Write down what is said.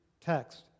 text